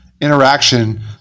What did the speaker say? interaction